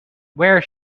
where